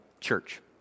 church